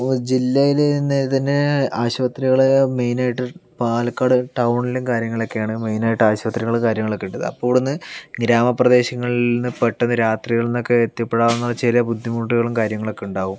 ജില്ലയിൽ തന്നെ ഇതിനെ ആശുപത്രികളെ മെയിൻ ആയിട്ടും പാലക്കാട് ടൗണിലും കാര്യങ്ങളിലും ഒക്കെയാണ് മെയിൻ ആയിട്ട് ആശുപത്രികളും കാര്യങ്ങളും ഒക്കെ ഉള്ളത് അപ്പോൾ ഇവിടെ നിന്ന് ഗ്രാമപ്രദേശങ്ങളിൽ നിന്ന് പെട്ടെന്ന് രാത്രികളിൽ ഒക്കെ എത്തിപെടാവുന്ന ചില ബുദ്ധിമുട്ടുകളും കാര്യങ്ങളും ഒക്കെ ഉണ്ടാകും